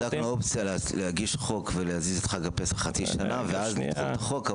בדקנו אופציה להגיש חוק ולהזיז את חג הפסח חצי שנה ואז נדחה את החוק,